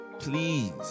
Please